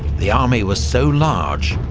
the army was so large,